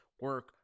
Work